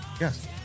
Yes